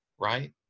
right